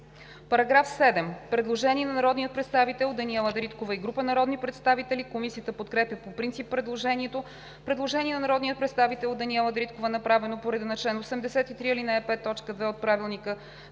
направено предложение от народния представител Даниела Дариткова и група народни представители. Комисията подкрепя по принцип предложението. Предложение от народния представител Даниела Дариткова, направено по реда на чл. 83, ал. 5, т. 2 от Правилника